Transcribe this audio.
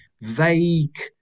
vague